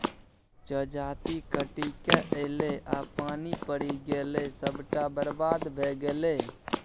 जजाति कटिकए ऐलै आ पानि पड़ि गेलै सभटा बरबाद भए गेलै